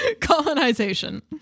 colonization